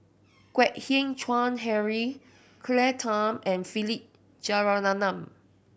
Kwek Hian Chuan Henry Claire Tham and Philip Jeyaretnam